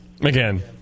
Again